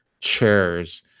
chairs